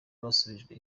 basubijwe